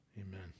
Amen